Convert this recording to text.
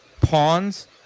pawns